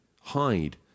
hide